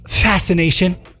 fascination